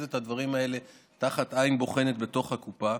את הדברים האלה תחת עין בוחנת בתוך הקופה,